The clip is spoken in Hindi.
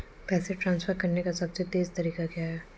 पैसे ट्रांसफर करने का सबसे तेज़ तरीका क्या है?